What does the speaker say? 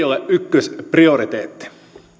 ole ykkösprioriteetti